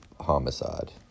homicide